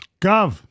Gov